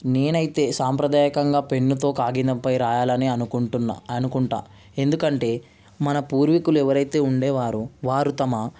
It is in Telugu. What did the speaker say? నేనైతే సాంప్రదాయకంగా పెన్నుతో కాగితంపై రాయాలని అనుకుంటున్నా అనుకుంటా ఎందుకంటే మన పూర్వీకులు ఎవరైతే ఉండేవారో వారు తమ